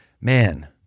man